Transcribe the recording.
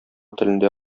телендә